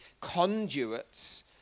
conduits